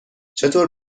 چطور